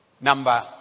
Number